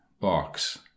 box